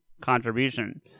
contribution